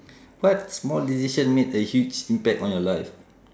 what small decision made a huge impact on your life